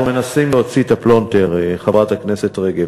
אנחנו מנסים להוציא את הפלונטר, חברת הכנסת רגב.